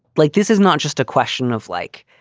like this is not just a question of like,